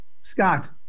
Scott